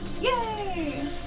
Yay